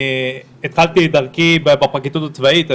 התחלתי את דרכי בפרקליטות הצבאית.